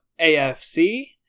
AFC